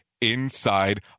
inside